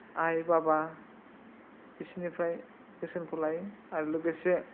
आइ बाबा बिसोरनिफ्राय बोसोनखौ लायो आरो लोगोसे